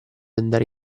andare